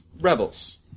rebels